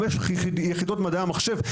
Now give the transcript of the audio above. חמש יחידות מדעי המחשב,